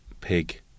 pig